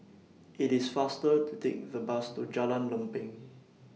IT IS faster to Take The Bus to Jalan Lempeng